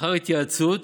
ולאחר התייעצות,